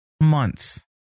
months